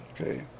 okay